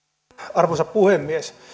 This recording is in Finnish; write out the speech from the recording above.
arvoisa puhemies